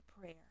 prayer